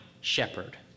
shepherd